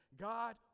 God